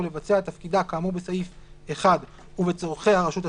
לבצע את תפקידה כאמור בסעיף 1 ובצורכי הרשות הציבורית,